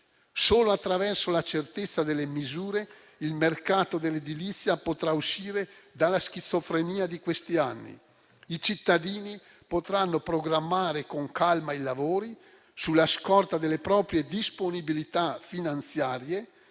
Solo attraverso la certezza delle misure il mercato dell'edilizia potrà uscire dalla schizofrenia di questi anni, i cittadini potranno programmare con calma i lavori sulla scorta delle proprie disponibilità finanziarie